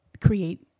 create